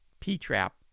P-trap